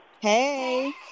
Hey